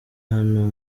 hano